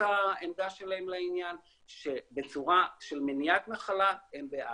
העמדה שלהם בעניין שבצורה של מניעת מחלה הם בעד.